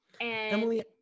Emily